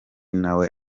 nawe